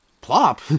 Plop